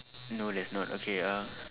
no there's not okay uh